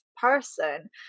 person